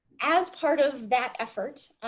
as part of that effort